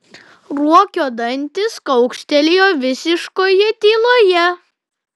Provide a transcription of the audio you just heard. ruokio dantys kaukštelėjo visiškoje tyloje